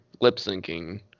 lip-syncing